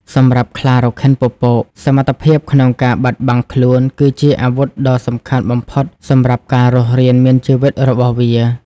សម្រាប់ខ្លារខិនពពក សមត្ថភាពក្នុងការបិទបាំងខ្លួន គឺជាអាវុធដ៏សំខាន់បំផុតសម្រាប់ការរស់រានមានជីវិតរបស់វា។